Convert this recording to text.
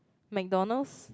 MacDonalds